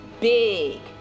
big